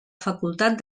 facultat